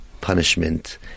punishment